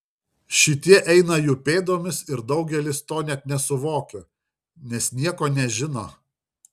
šitie eina jų pėdomis ir daugelis to net nesuvokia nes nieko nežino